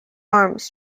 arms